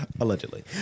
Allegedly